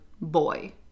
boy